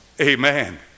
Amen